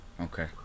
Okay